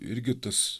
irgi tas